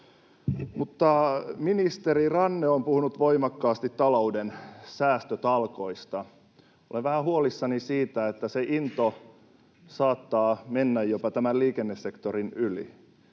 Ministeri Ranne on puhunut voimakkaasti talouden säästötalkoista. Olen vähän huolissani, että se into saattaa mennä jopa tämän liikennesektorin yli.